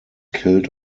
killed